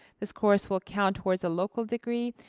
this course will count towards a local degree.